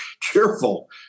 cheerful